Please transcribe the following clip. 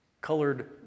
colored